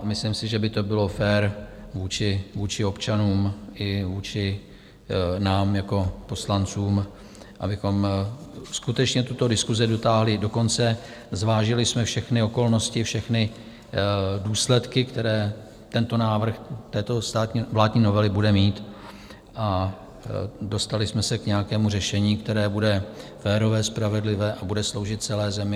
Myslím si, že by to bylo fér vůči občanům i vůči nám jako poslancům, abychom skutečně tyto diskuse dotáhli do konce, zvážili jsme všechny okolnosti, všechny důsledky, které tento návrh této vládní novely bude mít, a dostali jsme se k nějakému řešení, které bude férové, spravedlivé a bude sloužit celé zemi.